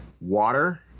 water